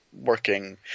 working